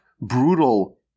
brutal